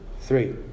Three